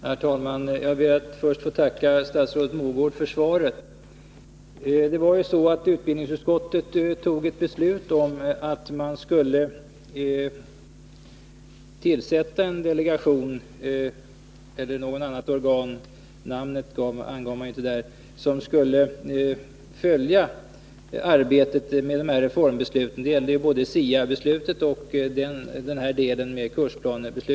Herr talman! Jag ber först att få tacka statsrådet Mogård för svaret. Det var ju så att utbildningsutskottet fattade ett beslut om att man skulle tillsätta en delegation eller något annat organ — namnet angav man inte — som skulle följa reformarbetet i anslutning till besluten avseende både SIA och den nya kursplanen.